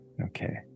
Okay